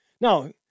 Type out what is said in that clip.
Now